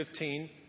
2015